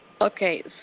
Okay